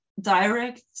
direct